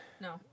no